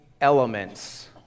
elements